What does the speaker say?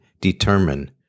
determine